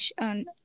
on